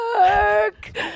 work